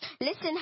Listen